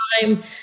time